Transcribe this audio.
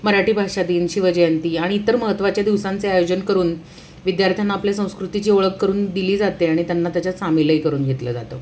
मराठी भाषा दिन शिवजयंती आणि इतर महत्त्वाच्या दिवसांचे आयोजन करून विद्यार्थ्यांना आपल्या संस्कृतीची ओळख करून दिली जाते आणि त्यांना त्याच्यात सामीलही करून घेतलं जातं